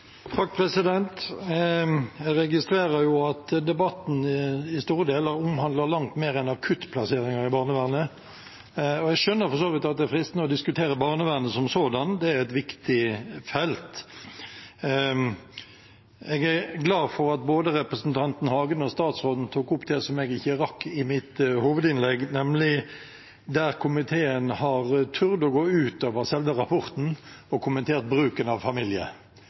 Jeg registrerer at debatten i store deler omhandler langt mer enn akuttplasseringer i barnevernet. Jeg skjønner for så vidt at det er fristende å diskutere barnevernet som sådant – det er et viktig felt. Jeg er glad for at både representanten Hagen og statsråden tok opp det som jeg ikke rakk i mitt hovedinnlegg, nemlig det punktet der komiteen har turt å gå utover selve rapporten og kommentere bruken av familie.